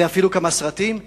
ואפילו נעשו כמה סרטים.